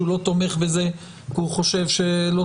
להחליט שהוא לא תומך בזה כי הוא חושב שלא